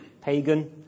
pagan